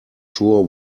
sure